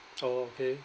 oh okay